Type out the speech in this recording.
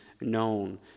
known